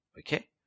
Okay